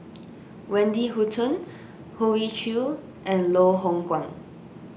Wendy Hutton Hoey Choo and Loh Hoong Kwan